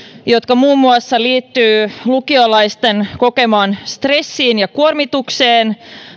jotka muun muassa liittyvät lukiolaisten kokemaan stressiin ja kuormitukseen